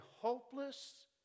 hopeless